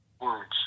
words